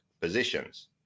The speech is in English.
positions